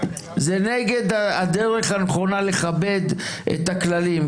זה נגד הדרך הנכונה לכבד את הכללים,